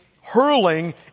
hurling